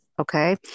okay